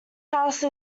house